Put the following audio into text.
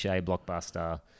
blockbuster